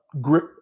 grip